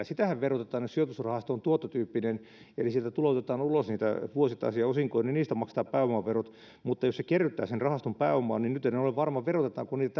sitähän verotetaan jos sijoitusrahasto on tuottotyyppinen eli siitä tuloutetaan ulos niitä vuosittaisia osinkoja niin niistä maksetaan pääomaverot mutta jos se tuotto kerryttää sen rahaston pääomaa niin nyt en ole varma verotetaanko niitä